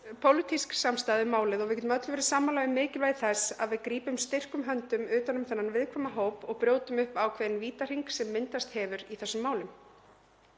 pólitísk samstaða um málið og við getum öll verið sammála um mikilvægi þess að við grípum styrkum höndum utan um þennan viðkvæma hóp og brjótum upp ákveðinn vítahring sem myndast hefur í þessum málum.